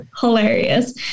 hilarious